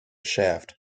shaft